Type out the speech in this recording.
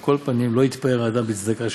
על כל פנים, לא יתפאר האדם בצדקה שנותן,